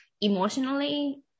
emotionally